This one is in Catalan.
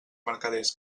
mercaders